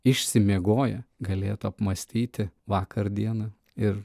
išsimiegoję galėtų apmąstyti vakar dieną ir